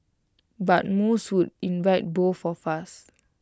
but most would invite both of us